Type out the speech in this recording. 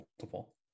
multiple